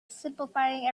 simplifying